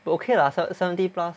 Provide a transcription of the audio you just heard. but okay lah seven~ seventy plus